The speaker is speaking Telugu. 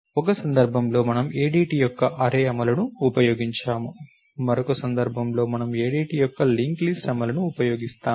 ఒక సందర్భంలో మనము ADT యొక్క అర్రే అమలును ఉపయోగించాము మరొక సందర్భంలో మనము ADT యొక్క లింక్ లిస్ట్ అమలును ఉపయోగిస్తాము